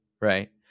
right